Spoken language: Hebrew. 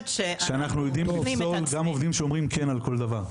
שאנחנו יודעים לפסול גם עובדים שאומרים כן על כל דבר,